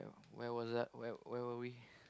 where was I where where were we